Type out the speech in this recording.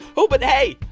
oh, but hey,